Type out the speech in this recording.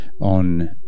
on